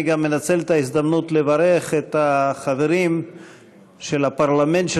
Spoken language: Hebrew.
אני מנצל את ההזדמנות לברך את החברים מהפרלמנט של